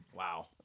wow